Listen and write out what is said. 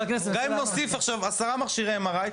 גם אם נוסיף עכשיו עשרה מכשירי MRI,